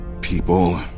people